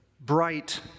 bright